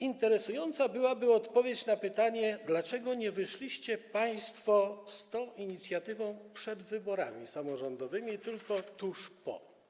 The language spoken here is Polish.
Interesująca byłaby odpowiedź na pytanie, dlaczego nie wyszliście państwo z tą inicjatywą przed wyborami samorządowymi, tylko tuż po.